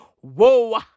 whoa